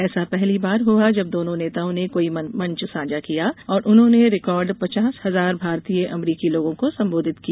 ऐसा पहली बार हुआ जब दोनों नेताओं ने कोई मंच साझा किया और उन्होंने रिकॉर्ड पचास हजार भारतीय अमरीकी लोगों को संबोधित किया